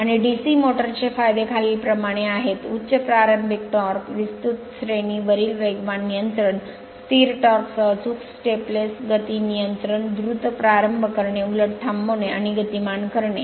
आणि DC मोटर्सचे फायदे खालील प्रमाणे फायदे आहेत उच्च प्रारंभिक टॉर्क विस्तृत श्रेणी वरील वेगवान नियंत्रण स्थिर टॉर्क सह अचूक स्टेपलेस गती नियंत्रण द्रुत प्रारंभ करणे उलट थांबविणे आणि गतिमान करणे